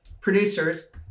producers